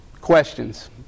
Questions